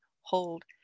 hold